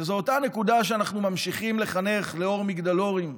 וזו אותה הנקודה שאנחנו ממשיכים לחנך לאור מגדלורים,